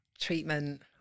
treatment